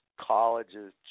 colleges